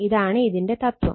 ഇതാണ് ഇതിന്റെ തത്വം